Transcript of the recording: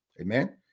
Amen